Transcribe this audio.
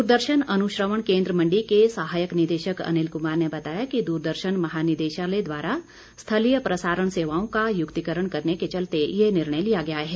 द्रदर्शन अनुश्रवण केंद्र मंडी के सहायक निदेश अनिल क्मार ने बताया कि द्रदर्शन महानिदेशालय द्वारा स्थलीय प्रसारण सेवाओं का युक्तिकरण करने के चलते यह निर्णय लिया गया है